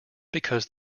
because